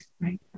Right